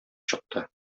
чыкты